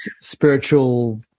spiritual